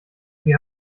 sie